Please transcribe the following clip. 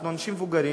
אנחנו אנשים מבוגרים.